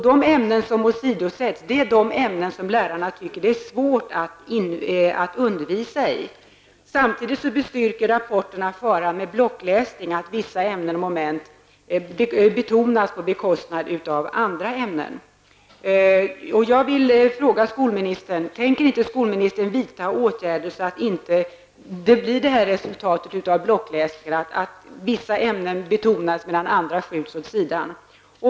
De ämnen som åsidosätts är sådana ämnen som lärarna tycker är svåra att undervisa i. Samtidigt understryker rapporten faran med blockläsning, som består i att vissa ämnen och moment betonas på bekostnad av andra ämnen. Jag vill fråga skolministern: Avser skolministern att vidta åtgärder för undvikande av att vid blockläsning vissa ämnen betonas medan andra skjuts åt sidan?